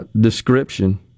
description